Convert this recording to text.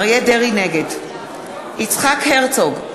נגד יצחק הרצוג,